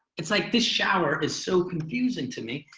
it's like this shower is so confusing to me.